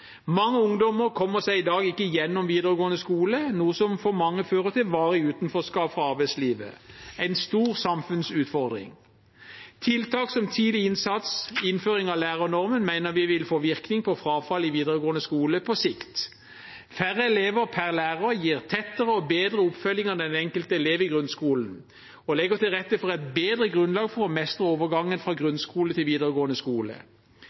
Mange ungdommer kommer seg i dag ikke gjennom videregående skole, noe som for mange fører til varig utenforskap fra arbeidslivet. Det er en stor samfunnsutfordring. Tiltak som tidlig innsats og innføring av lærernormen mener vi vil få virkning på frafall i videregående skole på sikt. Færre elever per lærer gir tettere og bedre oppfølging av den enkelte elev i grunnskolen og legger til rette for et bedre grunnlag for å mestre overgangen fra grunnskole til videregående skole.